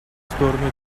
сторону